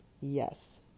Yes